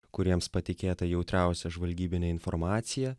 kuriems patikėta jautriausia žvalgybinė informacija